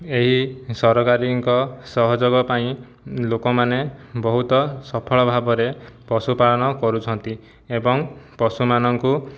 ଏହି ସରକାରୀଙ୍କ ସହଯୋଗ ପାଇଁ ଲୋକମାନେ ବହୁତ ସଫଳ ଭାବରେ ପଶୁପାଳନ କରୁଛନ୍ତି ଏବଂ ପଶୁମାନଙ୍କୁ